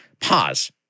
Pause